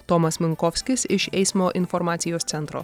tomas minkovskis iš eismo informacijos centro